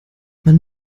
man